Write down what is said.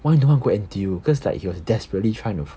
why you don't want go N_T_U cause like he was desperately trying to